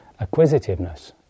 acquisitiveness